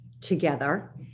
together